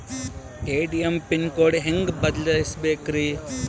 ATM pin code ಹೆಂಗ್ ಬದಲ್ಸ್ಬೇಕ್ರಿ?